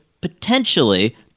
potentially